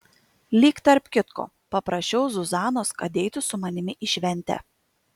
lyg tarp kitko paprašiau zuzanos kad eitų su manimi į šventę